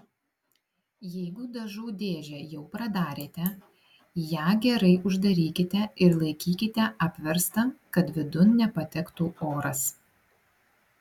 jeigu dažų dėžę jau pradarėte ją gerai uždarykite ir laikykite apverstą kad vidun nepatektų oras